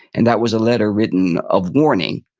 and that was a letter written of warning,